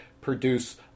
produce